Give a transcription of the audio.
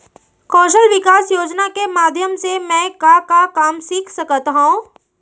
कौशल विकास योजना के माधयम से मैं का का काम सीख सकत हव?